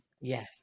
Yes